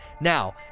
now